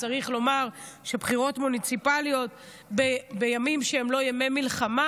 צריך לומר שבחירות מוניציפליות בימים שהם לא ימי מלחמה